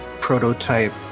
prototype